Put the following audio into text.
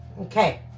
Okay